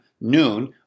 noon